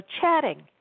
chatting